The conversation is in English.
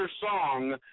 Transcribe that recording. Song